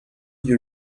you